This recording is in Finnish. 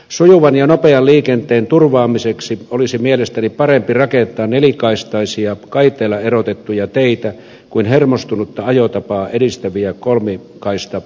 sujuvan ja nopean liikenteen turvaamiseksi olisi mielestäni parempi rakentaa nelikaistaisia kaiteella erotettuja teitä kuin hermostunutta ajotapaa edistäviä kolmikaistaratkaisuja